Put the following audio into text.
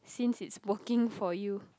since it's working for you